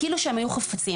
כאילו שהם היו חפצים.